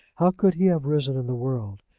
how could he have risen in the world?